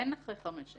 אין אחרי חמש.